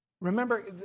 Remember